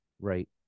Right